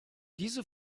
diese